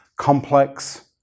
complex